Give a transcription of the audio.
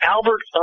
Albert